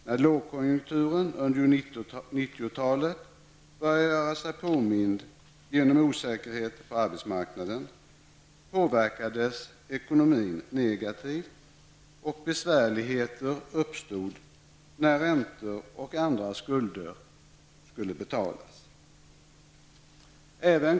När lågkonjunkturen började göra sig påmind under 90-talet genom osäkerhet på arbetsmarknaden påverkades ekonomin negativt och besvärligheter uppstod när räntor och andra skulder skulle betalas.